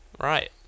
right